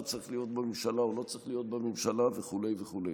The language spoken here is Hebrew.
צריך להיות בממשלה או לא צריך להיות בממשלה וכו' וכו'.